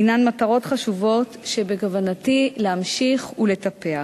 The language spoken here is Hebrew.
הינם מטרות חשובות שבכוונתי להמשיך ולטפח.